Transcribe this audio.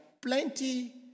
plenty